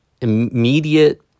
immediate